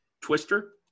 Twister